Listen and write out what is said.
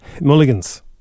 Mulligan's